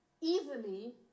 easily